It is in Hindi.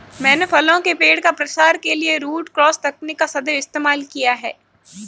मैंने फलों के पेड़ का प्रसार के लिए रूट क्रॉस तकनीक का सदैव इस्तेमाल किया है